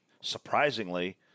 Surprisingly